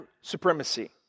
supremacy